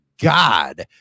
God